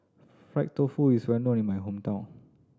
fried tofu is well known in my hometown